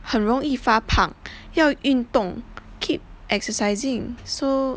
很容易发胖要运动:hen rong fa pang yao yun dong keep exercising so